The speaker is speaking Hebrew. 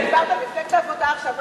דיברת על מפלגת העבודה עכשיו.